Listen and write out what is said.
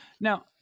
Now